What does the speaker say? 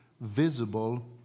visible